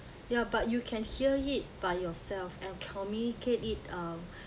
ya but you can hear it by yourself and communicate it uh